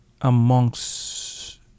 amongst